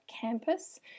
campus